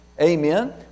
Amen